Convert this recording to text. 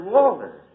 Walter